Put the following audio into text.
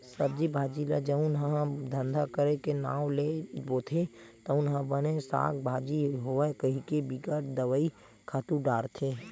सब्जी भाजी ल जउन ह धंधा करे के नांव ले बोथे तउन ह बने साग भाजी होवय कहिके बिकट दवई, खातू डारथे